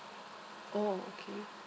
oh okay